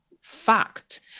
fact